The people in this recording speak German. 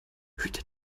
hüte